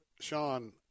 Sean